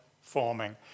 forming